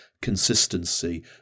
consistency